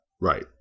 Right